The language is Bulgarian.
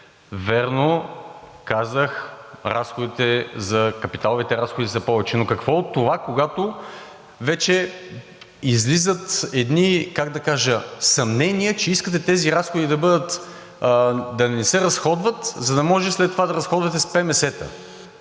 Вярно, казах капиталовите разходи са повече, но какво от това, когато вече излизат едни, как да кажа, съмнения, че искате тези разходи да не се разходват, за да може след това да разходвате с ПМС-та,